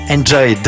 Enjoy